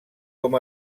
com